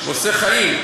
הוא עושה חיים.